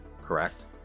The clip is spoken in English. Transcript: Correct